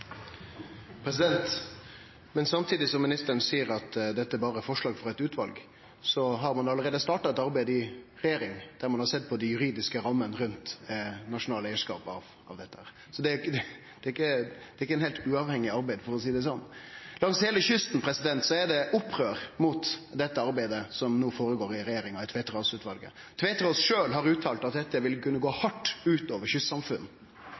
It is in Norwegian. uroen, men jeg ber også om at man lytter til hva jeg faktisk sier – ikke til hva andre påstår at jeg mener i denne saken, for foreløpig mener jeg ingenting. Torgeir Knag Fylkesnes – til oppfølgingsspørsmål. Samtidig som ministeren seier at dette berre er forslag frå eit utval, har ein allereie starta eit arbeid i regjeringa der ein har sett på dei juridiske rammene rundt nasjonal eigarskap av dette. Så det er ikkje eit heilt uavhengig arbeid, for å seie det sånn. Langs heile kysten er det opprør mot dette arbeidet som no går føre seg i